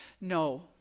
No